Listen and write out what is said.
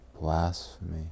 Blasphemy